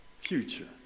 future